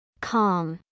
Calm